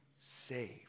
saved